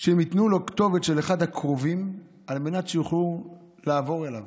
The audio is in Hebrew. ייתנו לו כתובת של אחד הקרובים על מנת שיוכלו לעבור אליו,